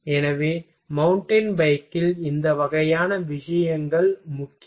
எனவே மவுண்டன் பைக்கில் இந்த வகையான விஷயங்கள் முக்கியம்